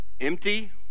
Empty